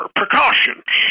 precautions